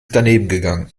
danebengegangen